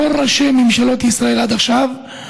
כל ראשי ממשלות ישראל עד עכשיו,